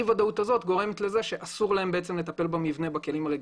אי הוודאות הזאת גורמת לזה שאסור להם לטפל במבנה בכלים הרגילים.